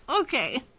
Okay